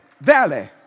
valley